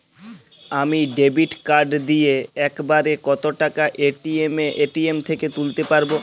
আমি debit card দিয়ে এক বারে কত টাকা এ.টি.এম থেকে তুলতে পারবো?